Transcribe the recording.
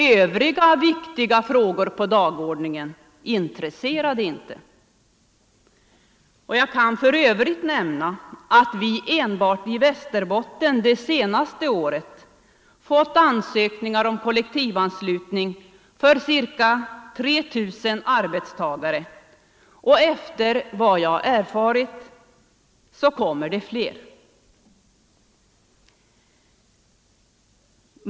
Övriga viktiga frågor på dagordningen intresserade inte. Jag kan för övrigt nämna att vi enbart i Västerbotten det senaste året fått ansökningar om kollektivanslutning för cirka 3 000 arbetstagare, och efter vad jag har erfarit kommer det fler.